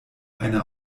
eine